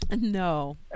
No